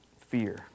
fear